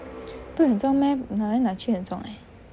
不会很重 meh 拿来拿去很重 eh